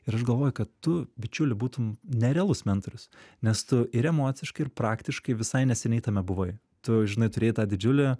ir aš galvoju kad tu bičiuli būtum nerealus mentorius nes tu ir emociškai ir praktiškai visai neseniai tame buvai tu žinai turėjai tą didžiulę